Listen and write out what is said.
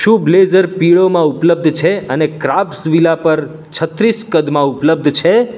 શું બ્લેઝર પીળોમાં ઉપલબ્ધ છે અને ક્રાફ્ટ્સવિલા પર છત્રીસ કદમાં ઉપલબ્ધ છે